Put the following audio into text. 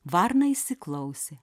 varnai įsiklausė